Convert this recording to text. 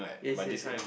yes yes yes